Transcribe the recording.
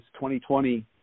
2020